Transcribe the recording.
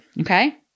okay